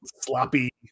sloppy